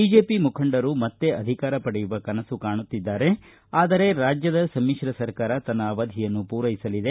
BJP ಮುಖಂಡರು ಮತ್ತೆ ಅಧಿಕಾರ ಪಡೆಯುವ ಕನಸು ಕಾಣುತ್ತಿದ್ದಾರೆ ಆದರೆ ರಾಜ್ಯ ಸಮಿಶ್ರ ಸರ್ಕಾರ ತನ್ನ ಅವಧಿಯನ್ನು ಪೂರೈಸಲಿದೆ